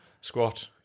squat